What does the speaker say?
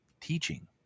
teaching